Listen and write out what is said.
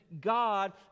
God